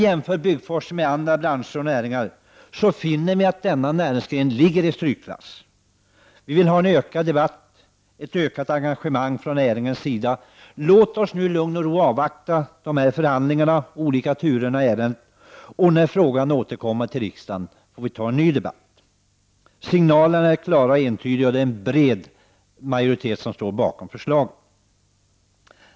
Jämför vi byggforskningen med andra branscher och näringar finner vi att denna näringsgren ligger i strykklass. Vi vill ha en ökad debatt och ett ökat engagemang från näringens sida. Låt oss nu i lugn och ro avvakta förhandlingarna och olika turer i ärendet, och när frågan återkommer till riksdagen får vi ta en ny debatt. Signalerna är klara och entydiga, och det är en bred majoritet som står bakom förslaget.